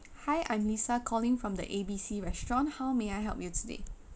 hi I'm lisa calling from the A B C restaurant how may I help you today